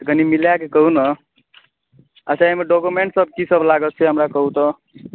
कनी मिलाके कहू ने अच्छा एहिमे डोकोमेन्ट सब कि सब लागत से हमरा कहू तऽ